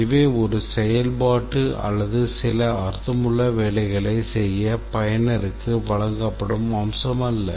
இவை ஒரு செயல்பாட்டு அல்லது சில அர்த்தமுள்ள வேலைகளைச் செய்ய பயனருக்கு வழங்கப்படும் அம்சம் அல்ல